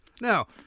Now